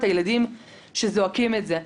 את הילדים שזועקים את זה.